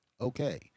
Okay